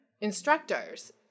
instructors